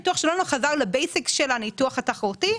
הניתוח שלנו חזר לבסיס של הניתוח התחרותי,